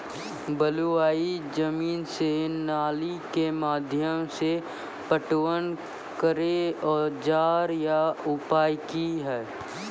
बलूआही जमीन मे नाली के माध्यम से पटवन करै औजार या उपाय की छै?